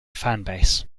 fanbase